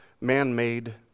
man-made